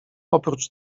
oprócz